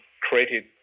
created